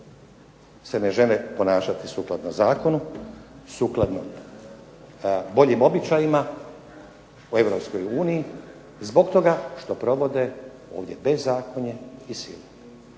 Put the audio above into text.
se ne žele ponašati sukladno zakonu, sukladno boljim običajima u Europskoj uniji zbog toga što provode ovdje bezakonje i silu.